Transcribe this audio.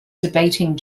debating